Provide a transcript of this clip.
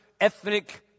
ethnic